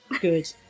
good